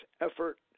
effort